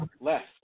left